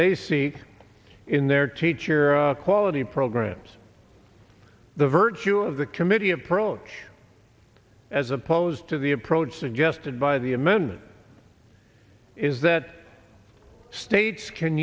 they seek in their teacher quality programs the virtue of the committee approach as opposed to the approach suggested by the amendment is that states can